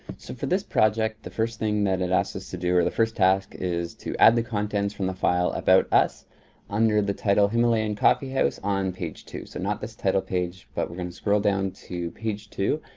so for this project the first thing that it asked us to do, or the first task is to add the contents from the file about us under the title himalayan coffee house on page two. so, not this title page, but we're gonna scroll down to page two.